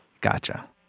Gotcha